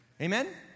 Amen